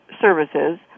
services